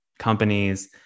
companies